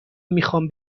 میخوام